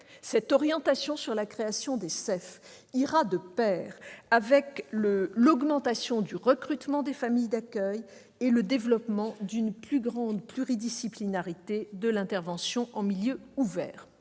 ainsi porté à soixante et onze. Cela ira de pair avec l'augmentation du recrutement de familles d'accueil et le développement d'une plus grande pluridisciplinarité de l'intervention en milieu ouvert.